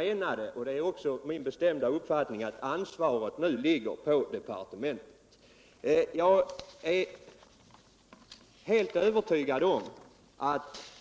Man antydde därvidlag — och det är också min bestämda uppfattning - att ansvaret nu ligger på departementet.